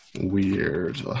Weird